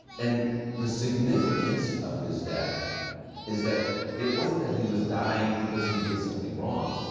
and the significance of his death is that. it wasn't that he was dying because he did something wrong,